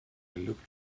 looked